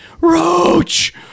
Roach